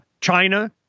China